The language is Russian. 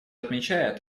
отмечает